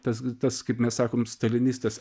tas tas kaip mes sakom stalinistas